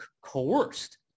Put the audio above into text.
coerced